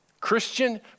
Christian